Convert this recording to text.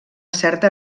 certa